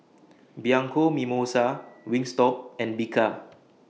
Bianco Mimosa Wingstop and Bika